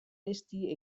ezti